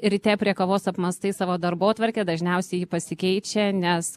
ryte prie kavos apmąstai savo darbotvarkę dažniausiai ji pasikeičia nes